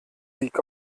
sieg